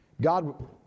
God